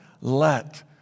let